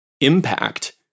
impact